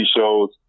shows